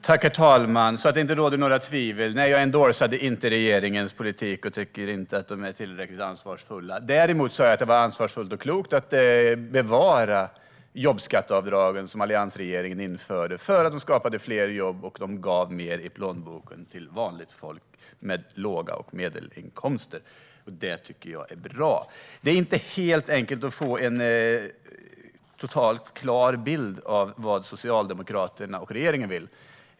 Herr talman! Bara så att det inte råder några tvivel: Jag "endorsade" inte regeringens politik, och jag tycker inte att den är tillräckligt ansvarsfull. Däremot sa jag att det var ansvarsfullt och klokt att bevara jobbskatteavdragen, som alliansregeringen införde, för att de skapade fler jobb och gav mer i plånboken till vanligt folk med låga och medelhöga inkomster. Det är bra. Det är inte helt enkelt att få en klar bild av vad Socialdemokraterna och regeringen vill.